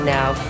Now